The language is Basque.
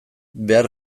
behar